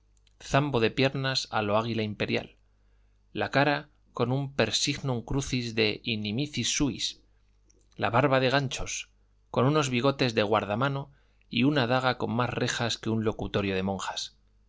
zambo de piernas a lo águila imperial la cara con un per signum crucis de inimicis suis la barba de ganchos con unos bigotes de guardamano y una daga con más rejas que un locutorio de monjas